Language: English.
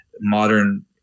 modern